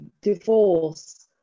divorce